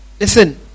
Listen